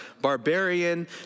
barbarian